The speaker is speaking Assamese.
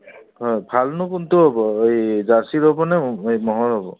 হয় ভালনো কোনটো হ'ব এই জাৰ্চীৰ হ'বনে এই ম'হৰ হ'ব